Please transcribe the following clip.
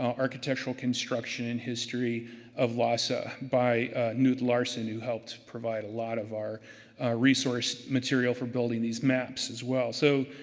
architectural construction in history of lhasa by knuth larson, who helped provide a lot of our resource material for building these maps as well. so,